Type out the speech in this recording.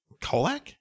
Colac